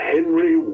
Henry